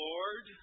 Lord